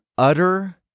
Utter